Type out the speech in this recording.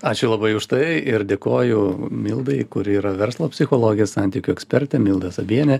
ačiū labai už tai ir dėkoju mildai kuri yra verslo psichologijos santykių ekspertė milda sabienė